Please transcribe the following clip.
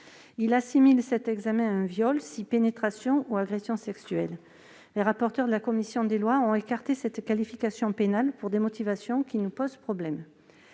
Il assimile cet examen à un viol s'il a donné lieu à pénétration ou à agression sexuelle. Les rapporteures de la commission des lois ont écarté cette qualification pénale pour des motivations qui nous posent problème.